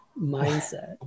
mindset